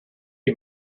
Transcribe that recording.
you